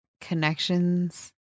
connections